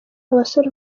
abasore